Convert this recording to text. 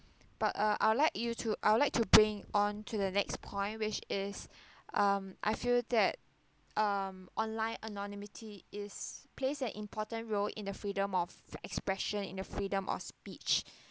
but uh I would like you to I would like to bring on to the next point which is um I feel that um online anonymity is plays an important role in the freedom of expression in the freedom of speech